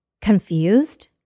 confused